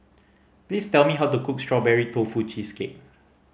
please tell me how to cook Strawberry Tofu Cheesecake